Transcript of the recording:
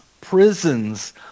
prisons